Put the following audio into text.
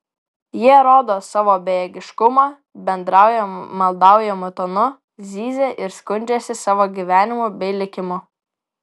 jie rodo savo bejėgiškumą bendrauja maldaujamu tonu zyzia ir skundžiasi savo gyvenimu bei likimu